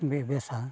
ᱵᱮᱵᱮᱥᱟ